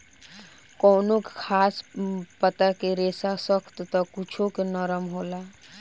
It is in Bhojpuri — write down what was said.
कवनो खास पता के रेसा सख्त त कुछो के नरम होला